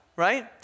right